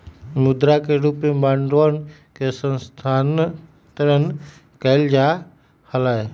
मुद्रा के रूप में बांडवन के स्थानांतरण कइल जा हलय